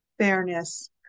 fairness